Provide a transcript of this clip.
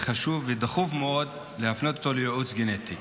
וחשוב ודחוף מאוד להפנות אותו לייעוץ גנטי.